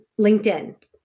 LinkedIn